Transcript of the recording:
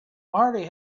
marty